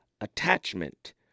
attachment